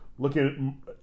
Looking